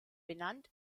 benannt